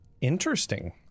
Interesting